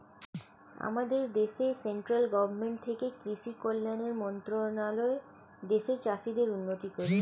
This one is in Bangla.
আমাদের দেশে সেন্ট্রাল গভর্নমেন্ট থেকে কৃষি কল্যাণ মন্ত্রণালয় দেশের চাষীদের উন্নতি করে